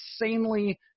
insanely